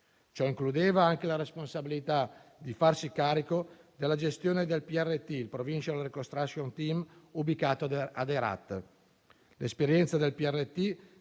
Ciò includeva anche la responsabilità di farsi carico della gestione del *provincial reconstruction team* (PRT), ubicato ad Herat.